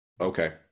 Okay